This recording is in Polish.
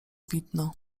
widno